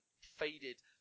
faded